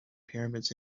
pyramids